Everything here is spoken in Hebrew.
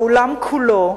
העולם כולו,